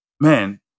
Man